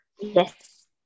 Yes